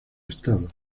estado